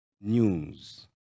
news